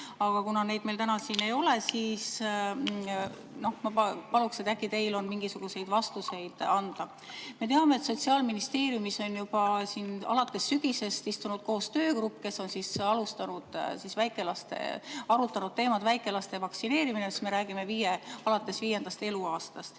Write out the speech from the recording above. aga kuna neid meil täna siin ei ole, siis ma palun, et äkki teil on mingisuguseid vastuseid anda. Me teame, et Sotsiaalministeeriumis on juba alates sügisest istunud koos töögrupp, kes on arutanud teemat "Väikelaste vaktsineerimine", me räägime [vaktsineerimisest] alates viiendast eluaastast.